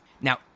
Now